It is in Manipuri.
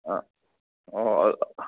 ꯑꯥ ꯑꯣ